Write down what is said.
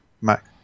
Mac